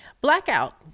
blackout